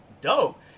dope